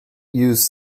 used